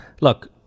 Look